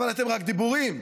אבל אתם, רק דיבורים.